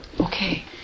Okay